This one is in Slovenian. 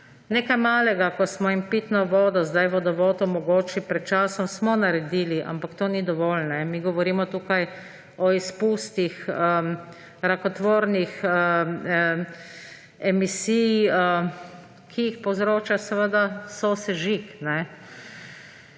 Nekaj malega, ko smo jim vodovod omogočili pred časom, smo naredili, ampak to ni dovolj. Mi govorimo tukaj o izpustih rakotvornih emisij, ki jih povzroča sosežig.